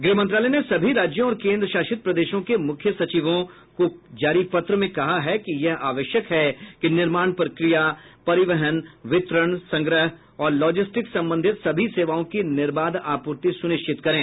गृह मंत्रालय ने सभी राज्यों और केंद्र शासित प्रदेशों के मुख्य सचिवों को जारी पत्र में कहा है कि यह आवश्यक है कि निर्माण प्रक्रिया परिवहन वितरण संग्रह और लॉजिस्टिक्स संबंधित सभी सेवाओं की निर्बाध आपूर्ति सुनिश्चित करें